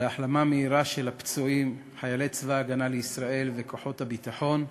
להחלמה מהירה של הפצועים חיילי צבא הגנה לישראל וכוחות הביטחון.